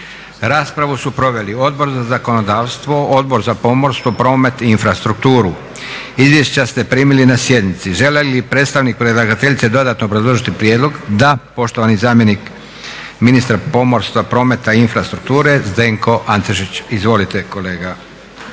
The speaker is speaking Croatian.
Raspravu su proveli Odbor za zakonodavstvo, Odbor za pomorstvo, promet i infrastrukturu. Izvješća ste primili na sjednici. Želi li predstavnik predlagateljice dodatno obrazložiti prijedlog? Da. Poštovani zamjenik ministra pomorska, prometa i infrastrukture Zdenko Antešić. Izvolite kolega